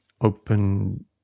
open